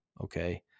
okay